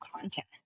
content